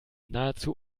nahezu